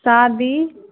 शादी